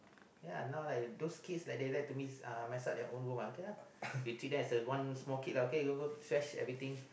ya now like those kids like that they like to miss uh mess up their own room okay lah we treat them as a one small kid okay lah go go trash everything